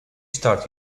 start